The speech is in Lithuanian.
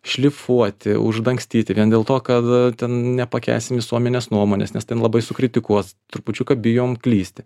šlifuoti uždangstyti vien dėl to kad ten nepakęsim visuomenės nuomonės nes ten labai sukritikuos trupučiuką bijom klysti